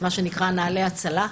אנחנו פתחנו נעל"ה הצלה.